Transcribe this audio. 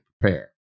prepare